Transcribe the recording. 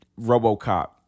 RoboCop